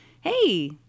hey